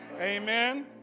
amen